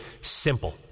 simple